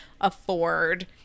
afford